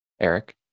Eric